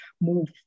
move